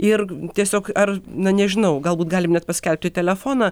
ir tiesiog ar na nežinau galbūt galim net paskelbti telefoną